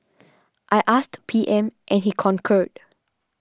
I asked P M and he concurred